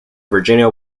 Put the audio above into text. virginia